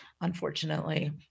Unfortunately